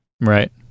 Right